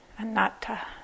anatta